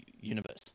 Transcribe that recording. universe